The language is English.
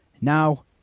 Now